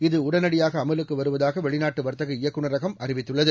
இது உடனடியாக அமலுக்கு வருவதாக வெளிநாட்டு வர்த்தக இயக்குநரகம் அறிவித்துள்ளது